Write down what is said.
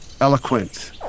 eloquent